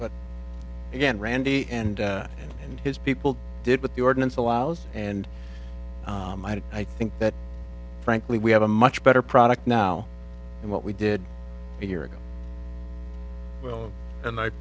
but again randy and and his people did what the ordinance allows and i think that frankly we have a much better product now and what we did a year ago and